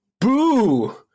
boo